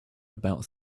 about